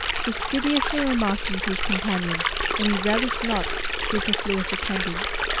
fastidiously remarking to his companion that he relished not superfluous attendance.